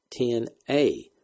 10A